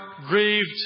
grieved